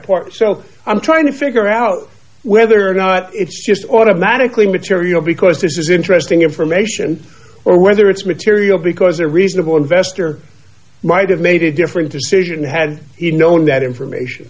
pours so i'm trying to figure out whether or not it's just automatically material because this is interesting information or whether it's material because a reasonable investor might have made a different decision had he known that information